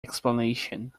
explanation